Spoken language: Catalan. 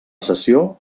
sessió